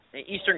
Eastern